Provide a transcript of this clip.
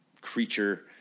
creature